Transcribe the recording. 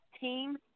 Team